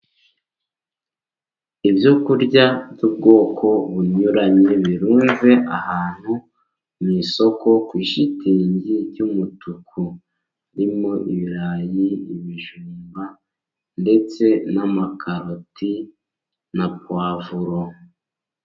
Ibyo kurya by'ubwoko bunyuranye birunze ahantu mu isoko kuri shutingi y'umutuku. Birimo ibirayi, ibijumba, ndetse na karoti na pwavuro.